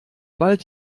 bald